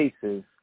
cases